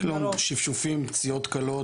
שפשופים, פציעות קלות